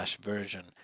version